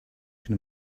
can